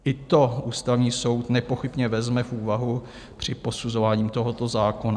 I to Ústavní soud nepochybně vezme v úvahu při posuzování tohoto zákona.